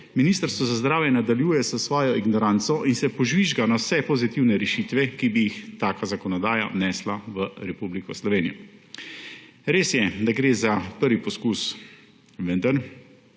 Ministrstvo za zdravje nadaljuje s svojo ignoranco in se požvižga na vse pozitivne rešitve, ki bi jih taka zakonodaja vnesla v Republiko Slovenijo. Res je, da gre za prvi poskus, vendar